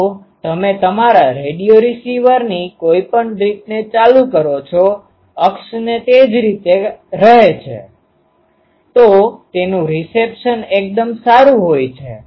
તો તમે તમારા રેડિયો રીસીવરની કોઈપણ રીતને ચાલુ કરો છો અક્ષ તે જ રીતે રહે છે તો તેનું રિસેપ્શન એકદમ સારું હોય છે